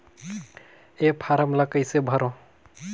ये फारम ला कइसे भरो?